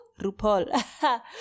RuPaul